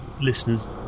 listeners